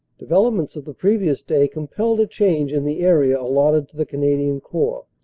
developments of the previous day compelled a change in the area allotted to the canadian corps.